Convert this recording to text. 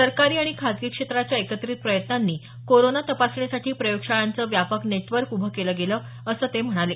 सरकारी आणि खासगी क्षेत्राच्या एकत्रित प्रयत्नांनी कोरोना तपासणीसाठी प्रयोगशाळांचं व्यापक नेटवर्क उभं केलं गेलं असं ते म्हणाले